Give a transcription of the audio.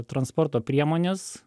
transporto priemonės